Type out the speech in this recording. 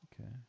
Okay